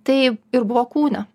tai ir buvo kūne